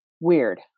weird